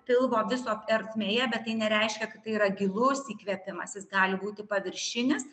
pilvo viso ertmėje bet tai nereiškia kad tai yra gilus įkvėpimas jis gali būti paviršinis